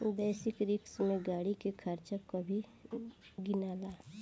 basic risk में गाड़ी के खर्चा के भी गिनाला